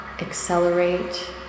accelerate